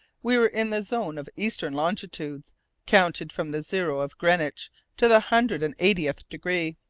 we were in the zone of eastern longitudes counted from the zero of greenwich to the hundred and eightieth degree.